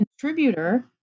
contributor